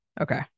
okay